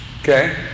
Okay